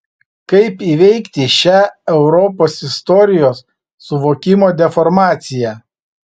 kaip įveikti šią europos istorijos suvokimo deformaciją